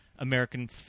American